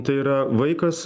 tai yra vaikas